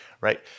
right